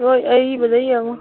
ꯕꯣꯏ ꯑꯏꯕꯗ ꯌꯦꯡꯉꯣ